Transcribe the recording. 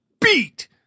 beat